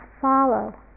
follow